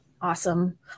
Awesome